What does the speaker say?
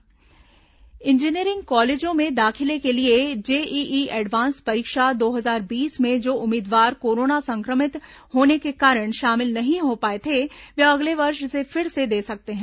JEE advance engineering कॉलेजों में दाखिले के लिए जेईई एडवांस परीक्षा दो हजार बीस में जो उम्मीदवार कोरोना संक्रमित होने के कारण शामिल नहीं हो पाए थे वे अगले वर्ष इसे फिर से दे सकते हैं